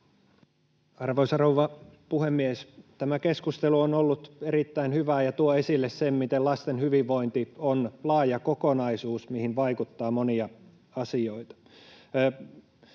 Arvoisa rouva puhemies! Tämä keskustelu on ollut erittäin hyvää ja tuo esille sen, miten lasten hyvinvointi on laaja kokonaisuus, mihin vaikuttavat monet asiat.